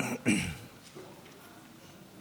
אדוני